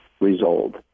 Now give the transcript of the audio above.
result